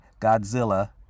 Godzilla